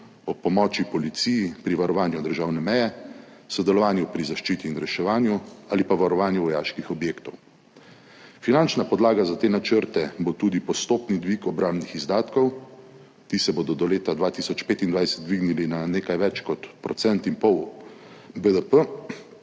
pomoči policiji pri varovanju državne meje, sodelovanje pri zaščiti in reševanju ali pa varovanje vojaških objektov. Finančna podlaga za te načrte bo tudi postopni dvig obrambnih izdatkov. Ti se bodo do leta 2025 dvignili na nekaj več kot 1,5 % BDP,